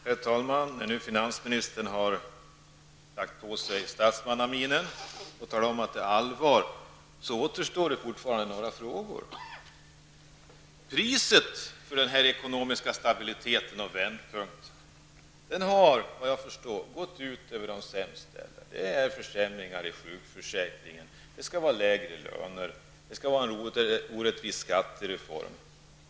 Herr talman! Finansministern har nu antagit statsmannaminen. Han säger att det är fråga om blodigt allvar. Men några frågor återstår fortfarande. Priset när det gäller ekonomisk stabilitet och en vändpunkt har, såvitt jag förstår, inneburit att det hela har gått ut över de sämst ställda. Det handlar om försämringar i sjukförsäkringen. Vidare skall det vara lägre löner. Det är också fråga om en orättvis skattereform.